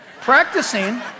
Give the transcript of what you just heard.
Practicing